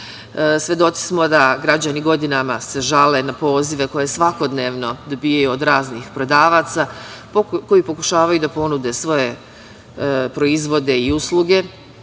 Svedoci smo da građani godinama se žale na pozive koje svakodnevno dobijaju od raznih prodavaca koji pokušavaju da ponude svoje proizvode i usluge